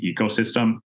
ecosystem